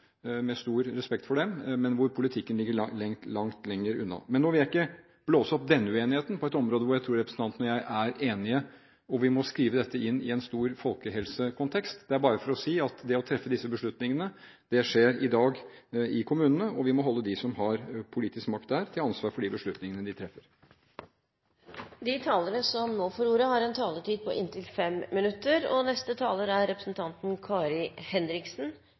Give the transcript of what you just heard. med stor respekt for dem – hvor politikken ligger mye lenger unna = sant. Nå vil jeg ikke blåse opp denne uenigheten på et område hvor jeg tror representanten og jeg er enige, og hvor vi må skrive dette inn i en stor folkehelsekontekst. Det er bare å si at det å treffe disse beslutningene skjer i dag i kommunene, og vi må holde dem som har politisk makt der, til ansvar for de beslutningene de treffer. Å ta opp folkehelseutfordringer knyttet til alkohol er viktig, men disse temaene drukner ofte i den offentlige debatten. Derfor er det bra at representanten